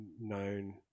known